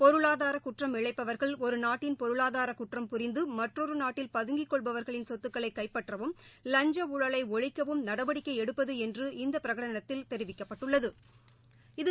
பொருளாதாரகுற்றம் இழைப்பவர்கள் ஒருநாட்டின் பொருளாதாரகுற்றம் புரிந்து மற்றொருநாட்டில் பதங்கிக் கொள்பவா்களின் சொத்துக்களைகைப்பற்றவும் லஞ்சஊழலைஒழிக்கவும் நடவடிக்கைஎடுப்பதுஎன்று இந்தபிரகடனத்தில் தெரிவிக்கப்பட்டுள்ளது